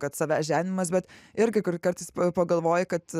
kad savęs žeminimas bet irgi kur kartais pagalvoji kad